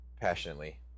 passionately